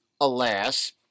alas